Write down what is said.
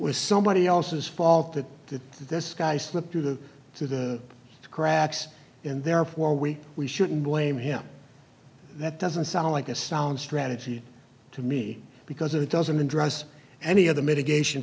was somebody else's fault that that this guy slipped through the to the cracks and therefore we we shouldn't blame him that doesn't sound like a sound strategy to me because it doesn't address any of the mitigation